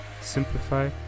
simplify